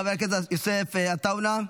חבר הכנסת יוסף עטאונה,